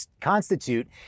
constitute